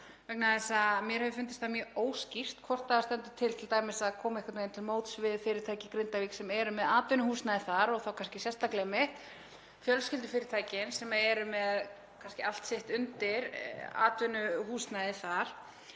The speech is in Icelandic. vegna þess að mér hefur fundist það mjög óskýrt hvort það standi til að koma einhvern veginn til móts við fyrirtæki í Grindavík sem eru með atvinnuhúsnæði þar og þá kannski sérstaklega fjölskyldufyrirtækin sem eru kannski með allt sitt undir atvinnuhúsnæði þar.